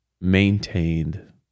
maintained